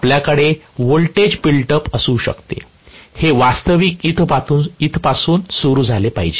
आपल्याकडे voltage built up असू शकते हे वास्तविक इथपासून सुरू झाले पाहिजे